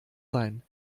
sein